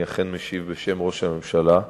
אני אכן משיב בשם ראש הממשלה,